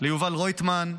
יובל רויטמן,